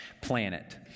planet